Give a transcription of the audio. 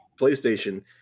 PlayStation